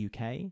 uk